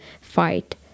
fight